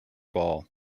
ball